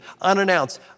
unannounced